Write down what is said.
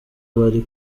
bari